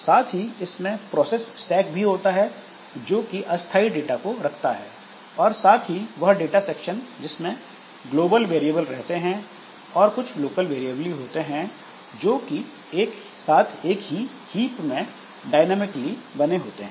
साथ ही इसमें प्रोसेस स्टैक भी होता है जोकि अस्थाई डाटा को रखता है और साथ ही वह डाटा सेक्शन जिसमें ग्लोबल वेरिएबल रहते हैं और कुछ लोकल वेरिएबल भी होते हैं जो कि एक साथ एक ही हीप में डायनामिकली बने होते हैं